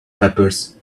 peppers